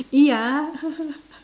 ya